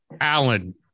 Allen